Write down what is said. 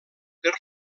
per